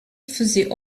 faisait